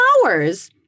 flowers